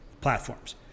platforms